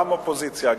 גם אופוזיציה,